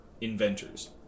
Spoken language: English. inventors